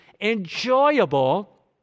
enjoyable